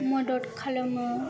मदद खालामो